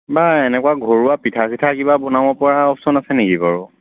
বা এনেকুৱা ঘৰুৱা পিঠা চিঠা কিবা বনাব পৰা অপশচন আছে নেকি বাৰু